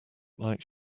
like